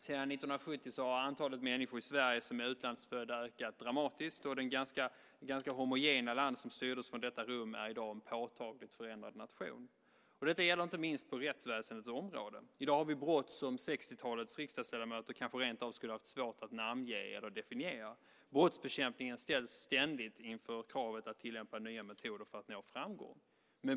Sedan 1970 har antalet människor i Sverige som är utlandsfödda ökat dramatiskt, och det ganska homogena land som styrdes från detta rum är i dag en påtagligt förändrad nation. Detta gäller inte minst på rättsväsendets område. I dag har vi brott som 60-talets riksdagsledamöter kanske rentav skulle ha haft svårt att namnge eller definiera. Brottsbekämpningen ställs ständigt inför kravet att tillämpa nya metoder för att nå framgång.